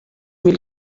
mil